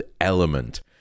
Element